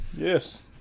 Yes